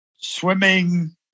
swimming